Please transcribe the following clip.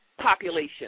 population